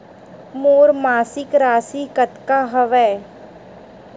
मोर मासिक राशि कतका हवय?